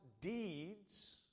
deeds